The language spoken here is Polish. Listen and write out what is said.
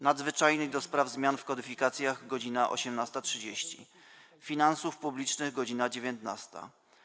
Nadzwyczajnej do spraw zmian w kodyfikacjach - godz. 18.30, - Finansów Publicznych - godz. 19,